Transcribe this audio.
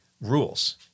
rules